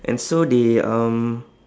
and so the um